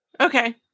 Okay